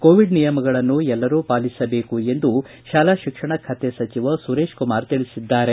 Covid ನಿಯಮಗಳನ್ನು ಎಲ್ಲರೂ ಪಾಲಿಸಬೇಕು ಎಂದು ಶಾಲಾ ಶಿಕ್ಷಣ ಖಾತೆ ಸಚಿವ ಸುರೇಶ್ ಕುಮಾರ್ ತಿಳಿಸಿದ್ದಾರೆ